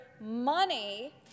money